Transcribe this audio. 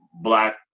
Black